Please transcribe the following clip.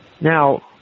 Now